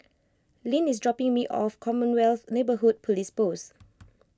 Lynn is dropping me off Commonwealth Neighbourhood Police Post